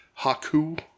Haku